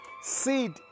Seed